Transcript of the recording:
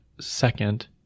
second